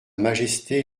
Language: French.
majesté